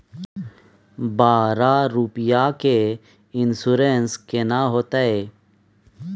बारह रुपिया के इन्सुरेंस केना होतै?